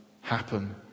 happen